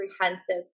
comprehensive